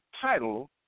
title